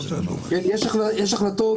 יש החלטות